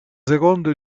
secondo